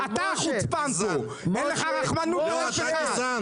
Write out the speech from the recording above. אתה חוצפן, אין לך רחמנות --- משה, משה.